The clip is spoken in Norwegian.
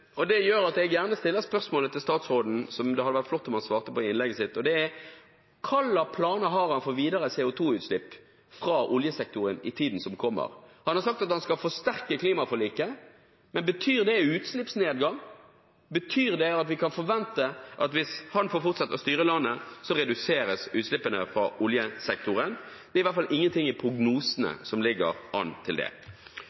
hadde vært flott om han svarte på i innlegget sitt, og det er: Hva slags planer har han for videre CO 2 -utslipp fra oljesektoren i tiden som kommer? Han har sagt at han skal forsterke klimaforliket. Men betyr det utslippsnedgang? Betyr det at vi kan forvente at hvis han får fortsette å styre landet, reduseres utslippene fra oljesektoren? Det er i hvert fall ingenting i prognosene